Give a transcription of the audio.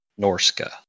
Norska